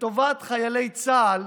לטובת חיילי צה"ל,